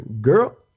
Girl